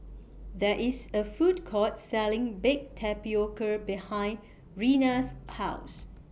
There IS A Food Court Selling Baked Tapioca behind Reina's House